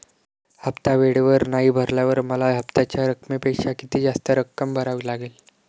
हफ्ता वेळेवर नाही भरल्यावर मला हप्त्याच्या रकमेपेक्षा किती जास्त रक्कम भरावी लागेल?